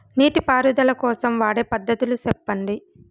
నీటి పారుదల కోసం వాడే పద్ధతులు సెప్పండి?